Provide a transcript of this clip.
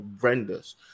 horrendous